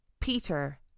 Peter